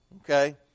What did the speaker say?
Okay